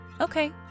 Okay